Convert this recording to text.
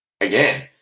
Again